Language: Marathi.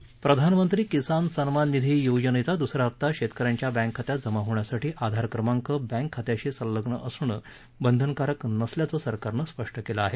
निधी प्रधानमंत्री किसान सन्मान निधी योजनेचा दूसरा हप्ता शेतकऱ्यांच्या बँक खात्यात जमा होण्यासाठी आधार क्रमांक बँक खात्यांशी संलग्न असणं बंधनकारक नसल्याचं सरकारनं स्पष्ट केलं आहे